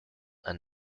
and